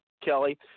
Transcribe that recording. Kelly